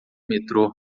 metrô